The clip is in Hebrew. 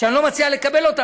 שאני לא מציע לקבל אותה,